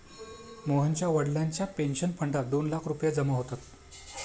मोहनच्या वडिलांच्या पेन्शन फंडात दोन लाख रुपये जमा होतात